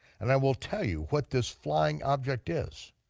and i will tell you what this flying object is.